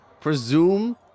presume